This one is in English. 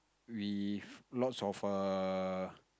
with lots of err